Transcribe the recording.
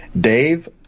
Dave